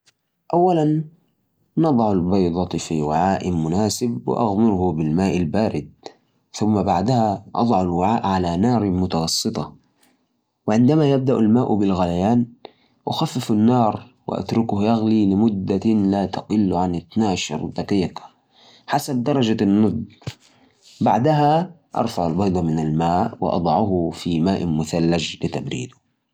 أكيد. عشان تسلق بيضة، إبدأ بملئ قدر بالماء وخليه يغلي. بعدين، حط البيض في الماء بحذر بإستخدام ملعقة. سلق البيض يعتمد على اللي تفضلة. اربع لخمس دقائق، لبيضة مسلوقة ناعمة. تسع ل لتناش دقيقة، لبيضة مسلوقة صلبة. بعد ما تخلص الوقت، انقل البيض للماء البارد. عشان يوقف الطهي. وبس.